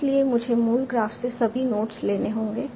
इसलिए मुझे मूल ग्राफ से सभी नोड्स लेने होंगे